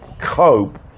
cope